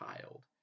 child